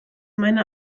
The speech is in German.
meine